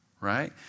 right